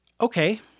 Okay